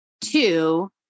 two